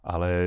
Ale